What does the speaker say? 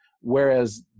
whereas